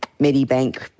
Medibank